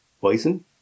poison